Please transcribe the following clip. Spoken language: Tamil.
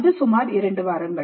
அது சுமார் 2 வாரங்கள்